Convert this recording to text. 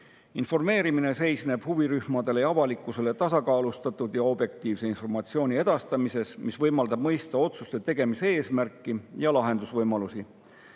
Informeerimine seisneb huvirühmadele ja avalikkusele tasakaalustatud ja objektiivse informatsiooni edastamises, mis võimaldab mõista otsuse tegemise eesmärki ja lahendusvõimalusi.